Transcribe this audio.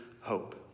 hope